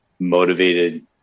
motivated